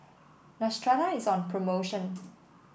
Neostrata is on promotion